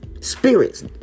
Spirits